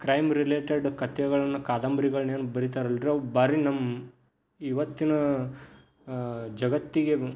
crime related ಕಥೆಗಳನ್ನು ಕಾದಂಬರಿಗಳ್ನೇನು ಬರಿತಾರಲ್ಲ ರೀ ಅವು ಭಾರಿ ನಮ್ಮ ಇವತ್ತಿನ ಜಗತ್ತಿಗೆ